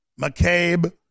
McCabe